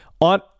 on